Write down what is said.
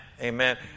amen